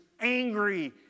angry